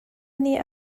nih